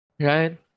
Right